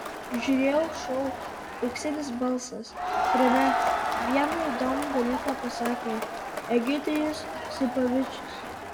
žiūrėjau šou auksinis balsas kuriame vieną įdomų dalyką pasakė egidijus sipavičius